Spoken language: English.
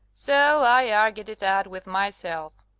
so i argued it out with myself.